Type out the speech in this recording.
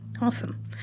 Awesome